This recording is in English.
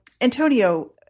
Antonio